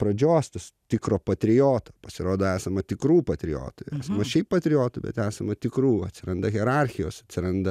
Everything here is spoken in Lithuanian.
pradžios tas tikro patrioto pasirodo esama tikrų patriotų va šiaip patriotų bet esama tikrų atsiranda hierarchijos atsiranda